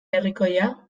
herrikoia